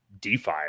DeFi